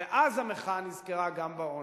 ואז המחאה נזכרה גם בעוני.